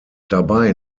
dabei